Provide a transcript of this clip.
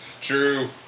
True